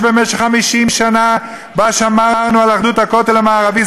שבמשך 50 שנה מה שאמרנו על אחדות הכותל המערבי,